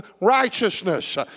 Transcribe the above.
righteousness